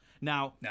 Now